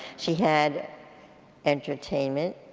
she had entertainment.